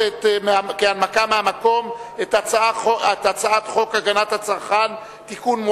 בהנמקה מהמקום את הצעת חוק הגנת הצרכן (תיקון,